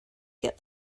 get